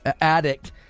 addict